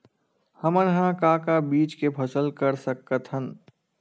हमन ह का का बीज के फसल कर सकत हन?